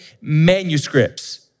manuscripts